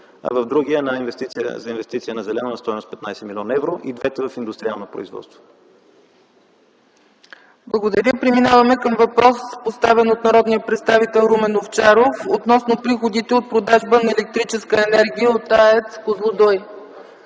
а в другия – за инвестиция на зелено на стойност 15 млн. евро, и двете – в индустриално производство. ПРЕДСЕДАТЕЛ ЦЕЦКА ЦАЧЕВА: Благодаря. Преминаваме към въпрос, поставен от народния представител Румен Овчаров относно приходите от продажба на електрическа енергия от АЕЦ „Козлодуй”.